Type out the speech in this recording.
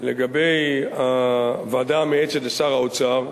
לגבי הוועדה המייעצת לשר האוצר,